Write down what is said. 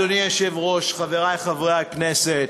אדוני היושב-ראש, חברי חברי הכנסת,